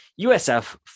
USF